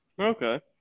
okay